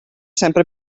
sempre